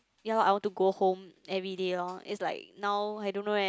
ya lor I want to go home everyday lor is like now I don't know eh